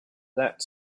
that